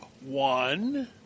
one